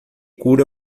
cura